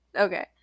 Okay